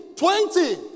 Twenty